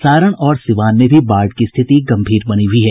सारण और सीवान में भी बाढ़ की स्थति गम्भीर बनी हुई है